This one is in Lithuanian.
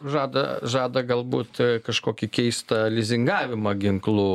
žada žada galbūt kažkokį keistą lizingavimą ginklų